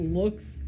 looks